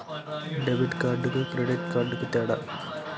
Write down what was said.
Debit కార్డుకి credit కార్డుకి తేడా?